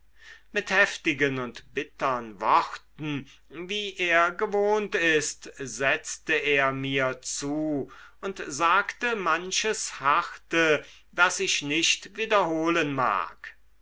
mit heftigen und bittern worten wie er gewohnt ist setzte er mir zu und sagte manches harte das ich nicht wiederholen mag